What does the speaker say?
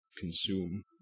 consume